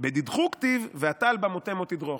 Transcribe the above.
"בדידכו כתיב ואתה על במותימו תדרוך"